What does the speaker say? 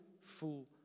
full